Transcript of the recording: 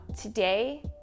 Today